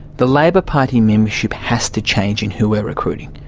the labor party membership has to change in who we are recruiting.